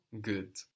Good